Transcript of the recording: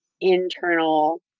internal